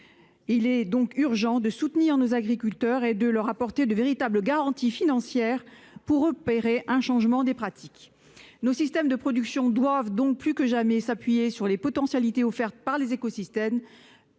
Il est donc urgent de soutenir nos agriculteurs et de leur apporter de véritables garanties financières, afin de leur permettre de modifier leurs pratiques. Nos systèmes de production doivent, plus que jamais, s'appuyer sur les potentialités offertes par les écosystèmes,